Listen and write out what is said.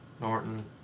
Norton